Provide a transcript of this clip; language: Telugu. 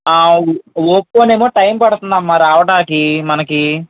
ఆ ఒప్పో ఏమో టైమ్ పడుతుంది అమ్మ రావడానికి మనకి